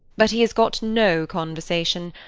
but he has got no conversation.